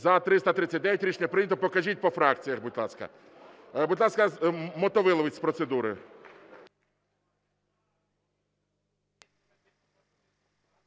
За-339 Рішення прийнято. Покажіть по фракціях, будь ласка. Будь ласка, Мотовиловець з процедури.